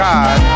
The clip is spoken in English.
God